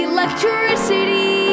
Electricity